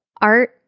art